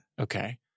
Okay